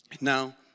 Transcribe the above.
Now